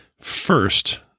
First